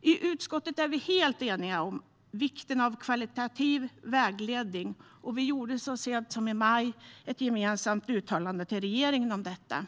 I utskottet är vi helt eniga om vikten av högkvalitativ vägledning. Vi i utskottet gjorde så sent som i maj ett gemensamt uttalande till regeringen om detta.